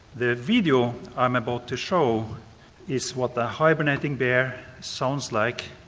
the video i am about to show is what the hibernating bear sounds like.